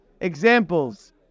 Examples